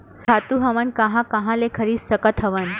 खातु हमन कहां कहा ले खरीद सकत हवन?